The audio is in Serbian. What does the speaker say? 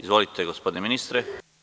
Izvolite, gospodine ministre.